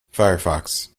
firefox